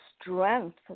strength